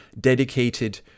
dedicated